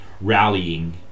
rallying